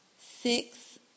six